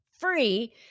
free